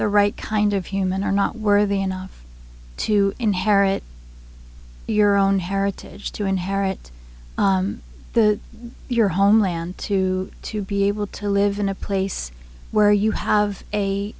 the right kind of human are not worthy enough to inherit your own heritage to inherit the your homeland too to be able to live in a place where you have a